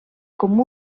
com